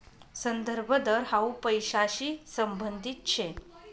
संदर्भ दर हाउ पैसांशी संबंधित शे